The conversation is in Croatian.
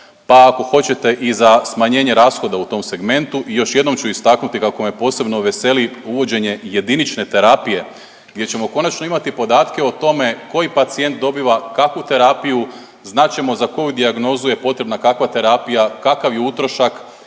pa ako hoćete i za smanjenje rashoda u tom segmentu i još jednom ću istaknuti kako me posebno veseli uvođenje jedinične terapije, gdje ćemo konačno imati podatke o tome koji pacijent dobiva kakvu terapiju, znat ćemo za koju dijagnozu je potrebna kakva terapija, kakav je utrošak